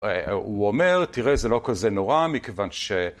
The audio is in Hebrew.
הוא אומר, תראה זה לא כזה נורא, מכיוון ש...